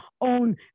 own